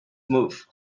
move